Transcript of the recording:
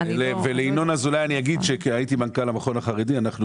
לינון אזולאי אני אגיד שהייתי מנכ"ל המכון החרדי ואנחנו